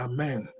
Amen